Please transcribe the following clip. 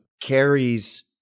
carries